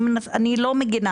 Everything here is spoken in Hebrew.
אני לא מגנה